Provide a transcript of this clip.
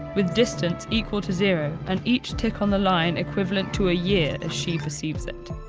with distance equal to zero and each tick on the line equivalent to a year as she perceives it.